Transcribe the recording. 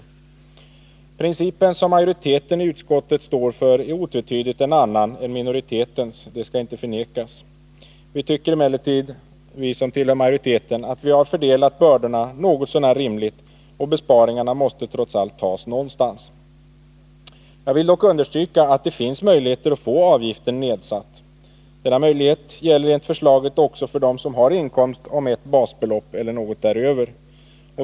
Den princip som majoriteten i utskottet står för är otvetydigt en annan än minoritetens — det skall inte förnekas. Vi som tillhör majoriteten tycker emellertid att vi har fördelat bördorna något så när rimligt. Besparingarna måste trots allt tas någonstans. Jag vill dock understryka att det finns möjligheter att få avgiften nedsatt. Denna möjlighet gäller enligt förslaget också för dem som har inkomst om ett basbelopp eller något däröver.